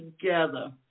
together